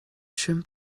schön